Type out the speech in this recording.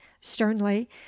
sternly